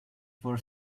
for